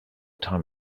time